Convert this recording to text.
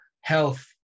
health